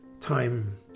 Time